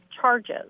charges